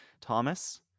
Thomas